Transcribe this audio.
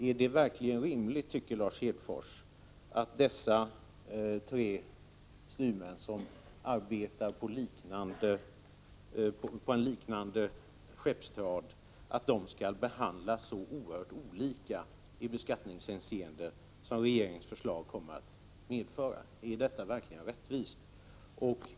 Är det verkligen rimligt, Lars Hedfors, att dessa tre styrmän, som arbetar på samma trad, skall behandlas så oerhört olika i beskattningshänseende som regeringens förslag kommer att medföra? Är detta verkligen rättvist?